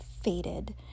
faded